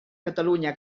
catalunya